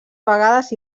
vegades